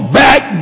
back